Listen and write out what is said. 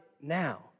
now